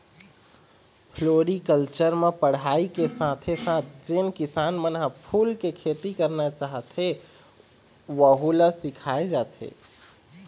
floriculture म पढ़ाई के साथे साथ जेन किसान मन ह फूल के खेती करना चाहथे वहूँ ल सिखाए जाथे